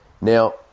Now